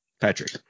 Patrick